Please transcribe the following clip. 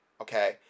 okay